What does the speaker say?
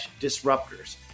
disruptors